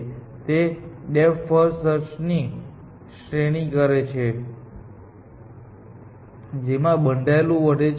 હવે જો તમને DFID એલ્ગોરિધમ યાદ હોય તો DFID એલ્ગોરિધમ શું કરે છે તે એ કે ડેપ્થ ફર્સ્ટ સર્ચ ની શ્રેણી કરે છે જેમાં તે બંધાયેલું વધે છે